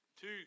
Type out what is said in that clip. two